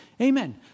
Amen